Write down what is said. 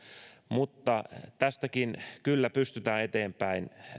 mutta tästäkin kyllä pystytään eteenpäin